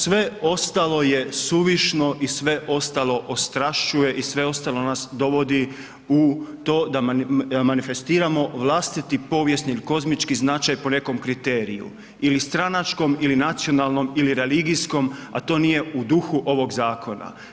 Sve ostalo je suvišno i sve ostalo ostrašćuje i sve ostalo nas dovodi u to da manifestiramo vlastiti povijesni ili kozmički značaj po nekom kriteriju ili stranačkom, ili nacionalnom, ili religijskom, a to nije u duhu ovog zakona.